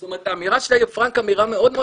זאת אומרת האמירה של יאיר פראנק היא אמירה מאוד מאוד